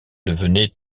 devenait